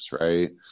Right